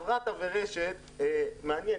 רת"ע רש"ת - מעניין,